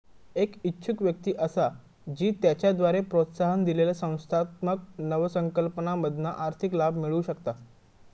एक इच्छुक व्यक्ती असा जी त्याच्याद्वारे प्रोत्साहन दिलेल्या संस्थात्मक नवकल्पनांमधना आर्थिक लाभ मिळवु शकता